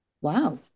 Wow